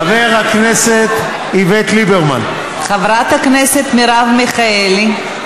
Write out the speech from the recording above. חבר הכנסת איווט ליברמן, חברת הכנסת מרב מיכאלי.